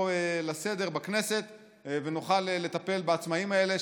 לסדר-היום בכנסת ונוכל לטפל בעצמאים האלה,